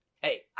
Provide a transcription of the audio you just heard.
hey